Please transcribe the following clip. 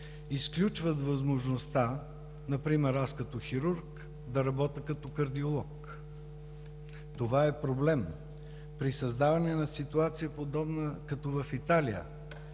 изключват възможността – например аз като хирург да работя като кардиолог. Това е проблем. При създаване на ситуация като в Италия,